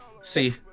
See